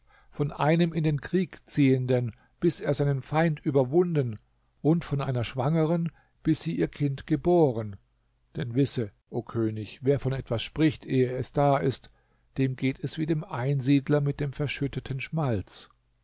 von einem in den krieg ziehenden bis er seinen feind überwunden und von einer schwangeren bis sie ihr kind geboren denn wisse o könig wer von etwas spricht ehe es da ist dem geht es wie dem einsiedler mit dem verschütteten schmalz